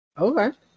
Okay